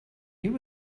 you